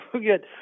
Good